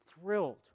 thrilled